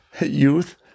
youth